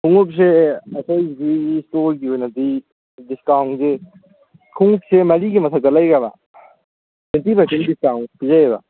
ꯈꯨꯃꯨꯛꯁꯦ ꯑꯩꯈꯣꯏꯗꯤ ꯏꯁꯇꯣꯔꯒꯤ ꯑꯣꯏꯅꯗꯤ ꯗꯤꯁꯀꯥꯎꯟꯁꯦ ꯈꯨꯃꯨꯛꯁꯦ ꯃꯔꯤꯒꯤ ꯃꯊꯛꯇ ꯂꯩꯒ꯭ꯔꯕ ꯇ꯭ꯋꯦꯟꯇꯤ ꯄꯔꯁꯦꯟ ꯗꯤꯁꯀꯥꯎꯟ ꯄꯤꯖꯩꯑꯕ